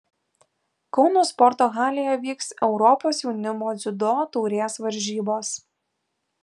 kauno sporto halėje vyks europos jaunimo dziudo taurės varžybos